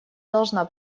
должна